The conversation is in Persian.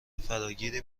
فراگیر